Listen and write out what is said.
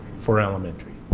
for elementary